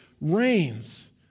reigns